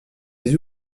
les